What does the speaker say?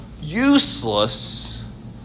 useless